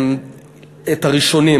את הראשונים.